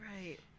Right